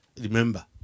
remember